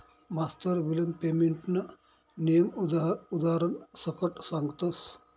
मास्तर विलंब पेमेंटना नियम उदारण सकट सांगतस